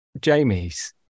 Jamie's